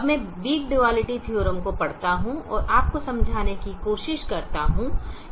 अब मैं weak duality theorem को पढ़ता हूं और आपको समझाने की कोशिश करता हूं